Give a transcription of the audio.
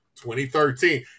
2013